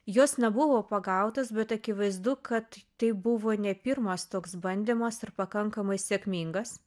jos nebuvo pagautos bet akivaizdu kad tai buvo ne pirmas toks bandymas ir pakankamai sėkmingas